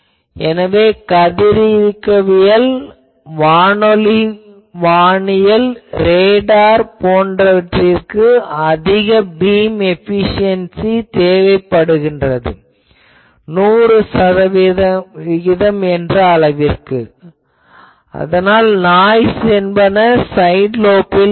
எனவே கதிரியக்கவியல் வானொலி வானியல் ரேடார் போன்றவற்றிற்கு அதிக பீம் ஏபிசியென்சி தேவைப்படுகிறது 100 சதவிகிதம் அளவிற்கு அதனால் நாய்ஸ் என்பன சைட் லோப்பில் இருக்கும்